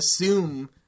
assume